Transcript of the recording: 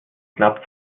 knapp